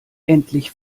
endlich